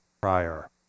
prior